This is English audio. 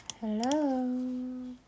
Hello